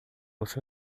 você